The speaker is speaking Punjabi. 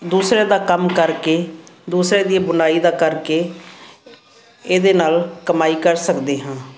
ਦੂਸਰਿਆਂ ਦਾ ਕੰਮ ਕਰਕੇ ਦੂਸਰਿਆਂ ਦੀ ਬੁਣਾਈ ਦਾ ਕਰਕੇ ਇਹਦੇ ਨਾਲ ਕਮਾਈ ਕਰ ਸਕਦੇ ਹਾਂ